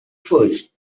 first